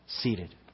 Seated